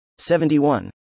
71